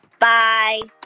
bye